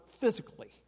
physically